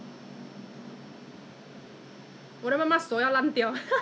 no small one very tiny one very tiny and it's some part itchy